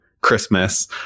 Christmas